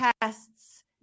tests